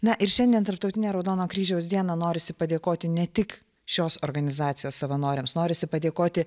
na ir šiandien tarptautinę raudono kryžiaus dieną norisi padėkoti ne tik šios organizacijos savanoriams norisi padėkoti